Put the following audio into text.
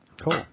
Cool